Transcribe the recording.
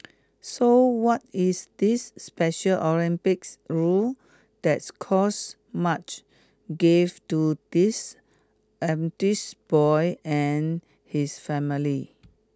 so what is this Special Olympics rule that's caused much grief to this boy and his family